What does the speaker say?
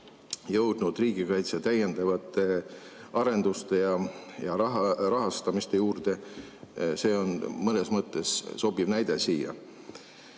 jõudnud riigikaitse täiendava arenduse ja rahastamise juurde, on mõnes mõttes siia sobiv